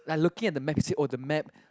like looking at the map or the map